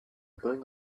going